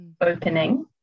opening